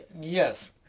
yes